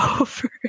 over